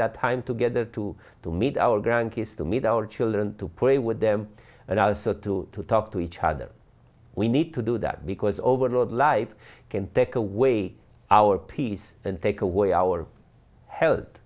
that time together to to meet our grandkids to meet our children to pray with them and also to to talk to each other we need to do that because overload life can take away our peace and take away our health